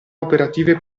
operative